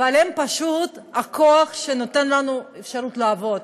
אבל הם פשוט הכוח שנותן לנו אפשרות לעבוד.